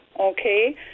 Okay